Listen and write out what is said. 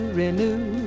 renew